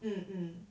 嗯嗯